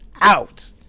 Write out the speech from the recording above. out